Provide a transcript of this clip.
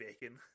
bacon